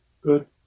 good